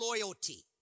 loyalty